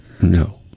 No